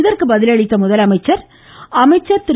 அதற்கு பதில் அளித்த முதலமைச்சர் அமைச்சர் திரு